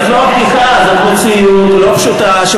זאת מציאות לא פשוטה,